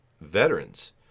veterans